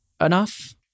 enough